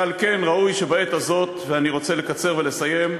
ועל כן ראוי שבעת הזאת, ואני רוצה לקצר ולסיים,